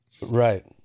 right